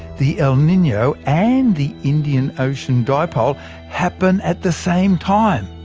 the el nino and the indian ocean dipole happen at the same time.